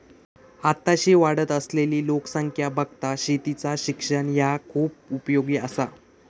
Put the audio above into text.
आताशी वाढत असलली लोकसंख्या बघता शेतीचा शिक्षण ह्या खूप उपयोगी आसा